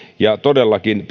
ja todellakin